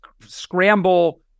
scramble